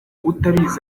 utabizi